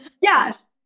Yes